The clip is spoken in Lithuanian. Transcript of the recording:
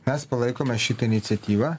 mes palaikome šitą iniciatyvą